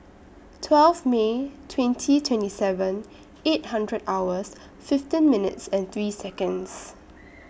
twelve May twenty twenty seven eight hundred hours fifteen minutes and three Seconds